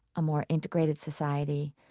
a more integrated society,